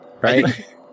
Right